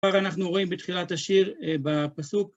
כבר אנחנו רואים בתחילת השיר, בפסוק.